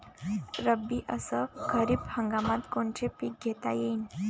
रब्बी अस खरीप हंगामात कोनचे पिकं घेता येईन?